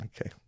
Okay